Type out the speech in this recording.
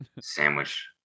Sandwich